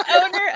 Owner